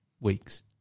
weeks